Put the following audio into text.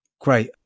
Great